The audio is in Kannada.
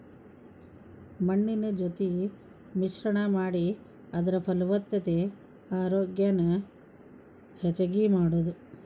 ಮಣ್ಣಿನ ಜೊತಿ ಮಿಶ್ರಣಾ ಮಾಡಿ ಅದರ ಫಲವತ್ತತೆ ಆರೋಗ್ಯಾನ ಹೆಚಗಿ ಮಾಡುದು